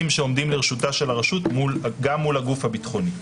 שעומדים לרשותה של הרשות גם מול הגוף הביטחוני.